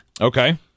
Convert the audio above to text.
Okay